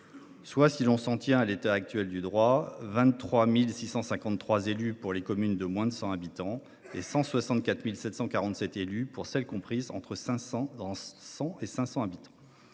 Si l’on s’en tient à l’état actuel du droit, cela représente 23 653 élus pour les communes de moins de 100 habitants et 164 747 élus pour celles comprises entre 100 et 500 habitants.